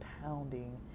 pounding